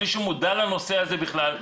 בלי שהוא מודע לנושא בכלל,